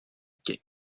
quai